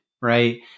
right